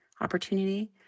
opportunity